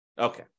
Okay